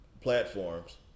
platforms